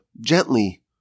gently